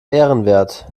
ehrenwert